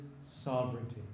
sovereignty